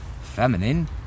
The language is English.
feminine